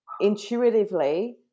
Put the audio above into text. intuitively